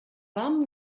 warmen